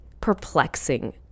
perplexing